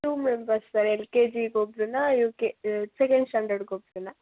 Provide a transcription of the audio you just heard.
to members sir L K ಜಿಗೆ ಒಬ್ರನ್ನ U K second ಸ್ಟ್ಯಾಂಡರ್ಡ್ಗೆ ಒಬ್ರನ್ನ